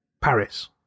Paris